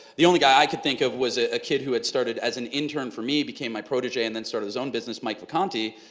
the only guy i could think of was a kid who had started as an intern for me, he became my prodigy and then started his own business, mike vacanti.